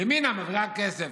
ימינה מעבירה כסף.